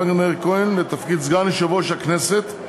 הכנסת מאיר כהן לתפקיד סגן יושב-ראש הכנסת.